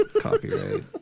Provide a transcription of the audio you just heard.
Copyright